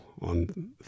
on